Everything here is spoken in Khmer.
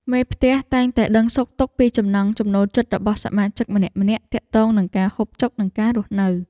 មេផ្ទះតែងតែដឹងសុខទុក្ខពីចំណង់ចំណូលចិត្តរបស់សមាជិកម្នាក់ៗទាក់ទងនឹងការហូបចុក និងការរស់នៅ។